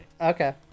Okay